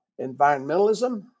environmentalism